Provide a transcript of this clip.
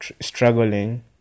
struggling